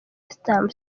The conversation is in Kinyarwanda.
western